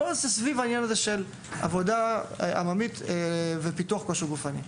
הכול סביב עבודה עממית ופיתוח כושר גופני.